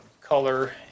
color